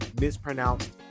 mispronounced